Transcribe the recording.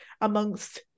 amongst